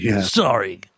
Sorry